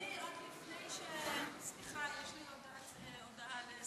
אדוני, לפני שאתה עובר, יש לי הצעה לסדר-היום.